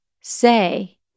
say